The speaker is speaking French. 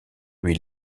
lui